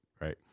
right